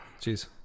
cheers